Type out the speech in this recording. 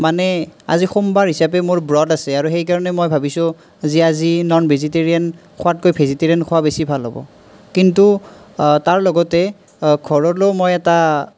মানে আজি সোমবাৰ হিচাপে মোৰ ব্ৰত আছে আৰু সেইকাৰণে মই ভাবিছোঁ যে আজি আজি নন ভেজিটেৰিয়ান খোৱাতকৈ ভেজিটেৰিয়েন খোৱা বেছি ভাল হ'ব কিন্তু তাৰ লগতে ঘৰলৈও মই এটা